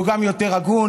והוא גם יותר הגון,